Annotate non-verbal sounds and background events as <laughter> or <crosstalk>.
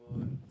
<breath>